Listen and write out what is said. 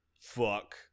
fuck